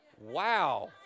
Wow